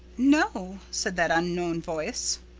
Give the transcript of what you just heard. no, said that unknown voice.